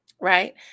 right